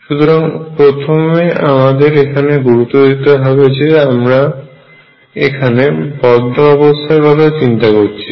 সুতরাং প্রথমে আমাদের এখানে গুরুত্ব দিতে হবে যে আমরা এখানে বদ্ধ অবস্থার কথা চিন্তা করছি